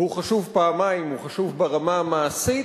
והוא חשוב פעמיים: הוא חשוב ברמה המעשית,